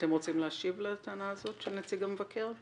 אתם רוצים להשיב לטענה הזאת של נציג המבקר?